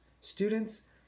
students